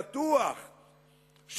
בטוח,